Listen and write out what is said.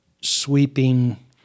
sweeping